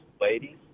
ladies